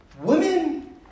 women